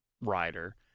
rider